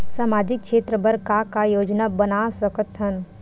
सामाजिक क्षेत्र बर का का योजना बना सकत हन?